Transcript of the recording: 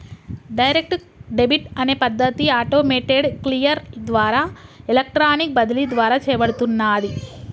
direct debit అనే పద్ధతి automated clear ద్వారా ఎలక్ట్రానిక్ బదిలీ ద్వారా చేయబడుతున్నాది